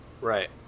Right